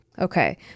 Okay